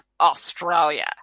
Australia